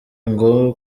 ngo